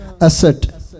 asset